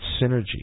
synergy